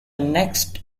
next